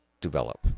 develop